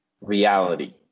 reality